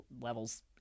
levels